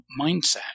mindset